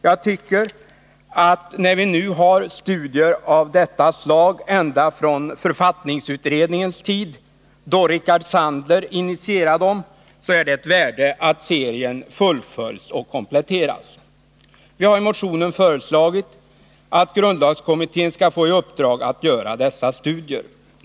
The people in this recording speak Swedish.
Jag tycker att när vi nu har studier av detta slag ända från författningsutredningens tid — då Rickard Sandler initierade dem — så är det ett värde att serien fullföljs och kompletteras. Vi har i motionen föreslagit att grundlagskommittén skall få i uppdrag att göra dessa studier.